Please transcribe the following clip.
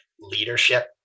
leadership